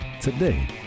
today